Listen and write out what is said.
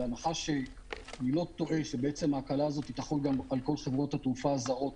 בהנחה שההקלה הזו תחול על כל חברות התעופה הזרות,